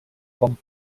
com